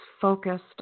focused